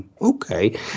Okay